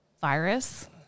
virus